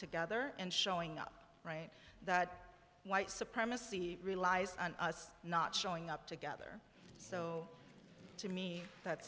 together and showing up that white supremacy relies on us not showing up together so to me that